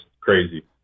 crazy